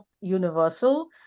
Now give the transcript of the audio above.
universal